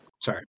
sorry